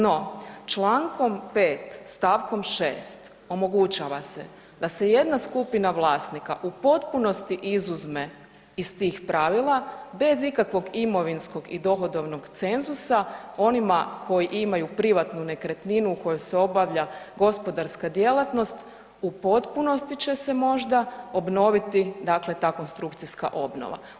No, čl. 5. st. 6. omogućava se da se jedna skupina vlasnika u potpunosti izuzme iz tih pravila bez ikakvog imovinskog i dohodovnog cenzusa onima koji imaju privatnu nekretninu u kojoj se obavlja gospodarska djelatnost u potpunosti će se, možda obnoviti dakle, ta konstrukcijska obnova.